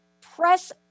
press